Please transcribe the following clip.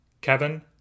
Kevin